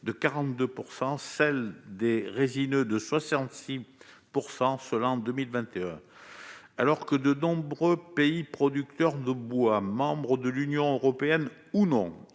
de 42 % celle des résines de 66 % seul en 2021 alors que de nombreux pays producteurs de bois, membre de l'Union européenne, ou non,